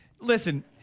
Listen